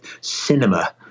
cinema